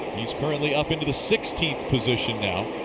he's currently up into the sixteenth position now.